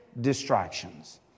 distractions